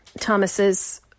Thomas's